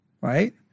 right